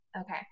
okay